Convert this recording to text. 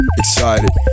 excited